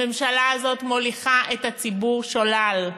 הממשלה הזאת מוליכה את הציבור שולל,